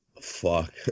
Fuck